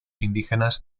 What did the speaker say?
indígenas